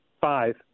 five